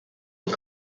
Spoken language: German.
und